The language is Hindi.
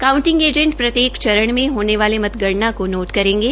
काऊंटिंग एजेंट प्रत्येक चरणों में होने वाली मतगणना को नोट करेंगे